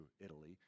Italy